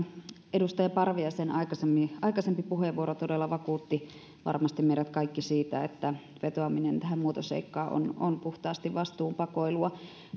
edustaja parviaisen aikaisempi puheenvuoro todella vakuutti varmasti meidät kaikki siitä että vetoaminen tähän muotoseikkaan on puhtaasti vastuun pakoilua